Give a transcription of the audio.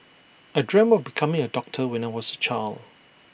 I dreamt of becoming A doctor when I was A child